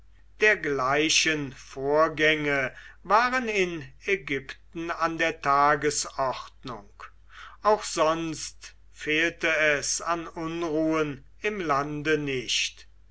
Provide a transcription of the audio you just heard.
dergleichen vorgänge waren in ägypten an der tagesordnung auch sonst fehlte es an unruhen im lande nicht